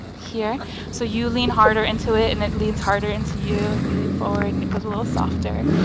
here so you lean harder into it and it leans harder into you. and you lean forward and it goes a little softer.